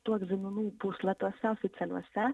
tų egzaminų puslapiuose oficialiuose